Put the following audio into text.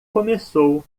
começou